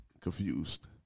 Confused